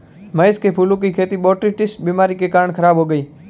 महेश के फूलों की खेती बोटरीटिस बीमारी के कारण खराब हो गई